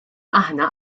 aħna